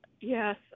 Yes